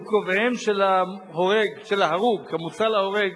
קרוביהם של ההרוג, המוצא להורג,